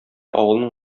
авылның